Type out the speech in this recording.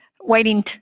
waiting